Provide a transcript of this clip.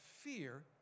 fear